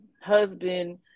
husband